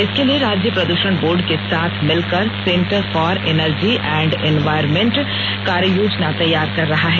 इसके लिए राज्य प्रद्षण बोर्ड के साथ मिलकर centre for energy and environment CEEED कार्ययोजना तैयार कर रहा है